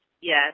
Yes